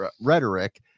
rhetoric